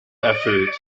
erfüllt